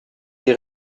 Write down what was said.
die